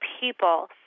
people